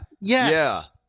yes